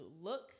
look